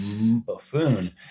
buffoon